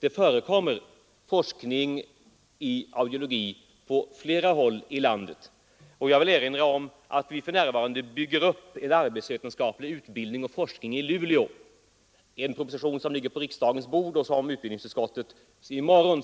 Det förekommer forskning i audiologi på flera håll i landet. Jag vill erinra om att vi för närvarande bygger upp en arbetsvetenskaplig utbildning och forskning i Luleå. Betänkandet över propositionen i ärendet, som ligger på riksdagens bord, kommer utbildningsutskottet att justera i morgon.